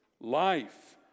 life